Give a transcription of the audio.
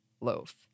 loaf